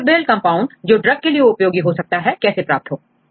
probable compound जो drug के लिए उपयोगी हो कैसे प्राप्त हो